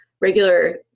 regular